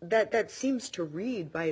that seems to read by its